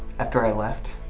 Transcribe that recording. after i left?